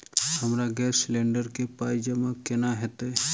हमरा gas cylinder केँ पाई जमा केना हएत?